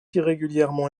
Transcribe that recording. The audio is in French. irrégulièrement